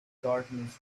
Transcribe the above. darkness